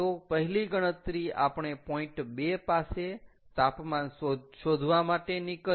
તો પહેલી ગણતરી આપણે પોઈન્ટ 2 પાસે તાપમાન શોધવા માટેની કરી